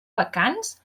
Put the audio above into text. vacants